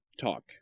talk